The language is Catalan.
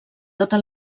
tota